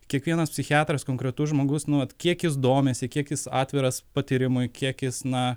kiekvienas psichiatras konkretus žmogus nu vat kiek jis domisi kiek jis atviras patyrimui kiek jis na